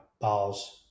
bars